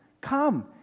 come